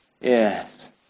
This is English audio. Yes